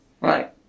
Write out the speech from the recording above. Right